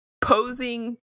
posing